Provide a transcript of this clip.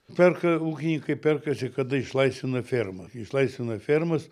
perka ūkininkai perka kada išlaisvina fermą išlaisvina fermas